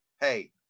hey